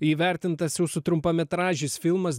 įvertintas jūsų trumpametražis filmas